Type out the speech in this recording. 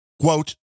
quote